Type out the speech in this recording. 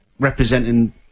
Representing